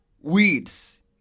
weeds